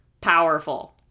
Powerful